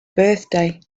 birthday